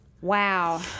wow